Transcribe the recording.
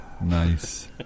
Nice